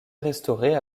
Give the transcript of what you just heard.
restaurée